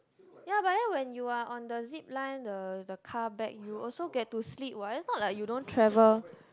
ya but then when you are on the Zipline the the car back you also get to sleep what it's not like you don't travel